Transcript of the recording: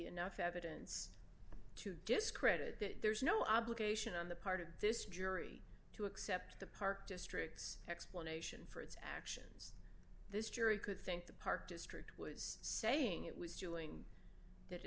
enough evidence to discredit that there's no obligation on the part of this jury to accept the park district's explanation for its actions this jury could think the park district was saying it was doing that